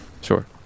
Sure